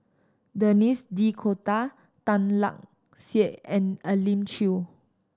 Denis D'Cotta Tan Lark Sye and Elim Chew